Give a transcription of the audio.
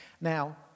Now